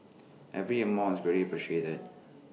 every amount is very appreciated